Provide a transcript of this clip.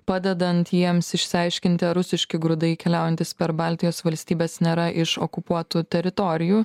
padedant jiems išsiaiškinti ar rusiški grūdai keliaujantys per baltijos valstybes nėra iš okupuotų teritorijų